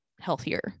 healthier